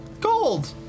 Gold